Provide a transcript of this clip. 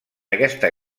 aquesta